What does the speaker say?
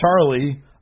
Charlie